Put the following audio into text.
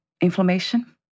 inflammation